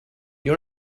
you